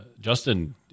Justin